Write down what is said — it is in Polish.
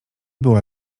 była